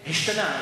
השתנה,